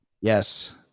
Yes